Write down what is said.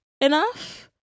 enough